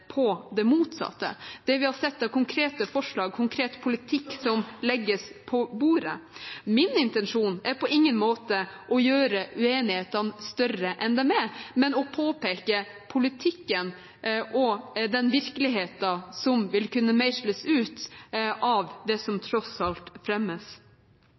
vi har sett av konkrete forslag, konkret politikk, som legges på bordet – tyder på det motsatte. Min intensjon er på ingen måte å gjøre uenighetene større enn de er, men å påpeke politikken og den virkeligheten som vil kunne meisles ut av det som tross alt fremmes.